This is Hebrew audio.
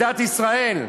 בדת ישראל.